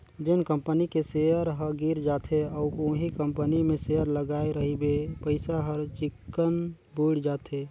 जेन कंपनी के सेयर ह गिर जाथे अउ उहीं कंपनी मे सेयर लगाय रहिबे पइसा हर चिक्कन बुइड़ जाथे